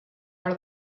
are